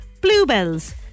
bluebells